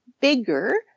bigger